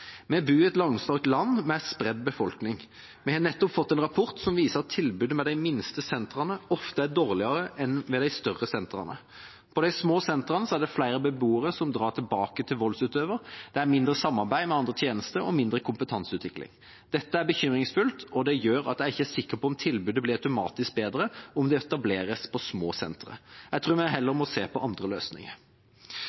Vi bor i et langstrakt land, med spredt befolkning. Vi har nettopp fått en rapport som viser at tilbudet ved de minste sentrene ofte er dårligere enn ved de større sentrene. På de små sentrene er det flere beboere som drar tilbake til voldsutøveren, det er mindre samarbeid med andre tjenester, og det er mindre kompetanseutvikling. Dette er bekymringsfullt, og det gjør at jeg ikke er sikker på at tilbudet automatisk blir bedre om det etableres på små sentre. Jeg tror vi heller